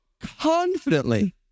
confidently